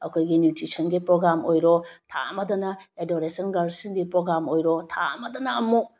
ꯑꯩꯈꯣꯏꯒꯤ ꯅ꯭ꯌꯨꯇ꯭ꯔꯤꯁꯟꯒꯤ ꯄ꯭ꯔꯣꯒ꯭ꯔꯥꯝ ꯑꯣꯏꯔꯣ ꯊꯥ ꯑꯃꯗꯅ ꯑꯦꯗꯣꯂꯦꯟꯁ ꯒ꯭ꯔꯜꯁꯤꯡꯒꯤ ꯄ꯭ꯔꯣꯒ꯭ꯔꯥꯝ ꯑꯣꯏꯔꯣ ꯊꯥ ꯑꯃꯗꯅ ꯑꯃꯨꯛ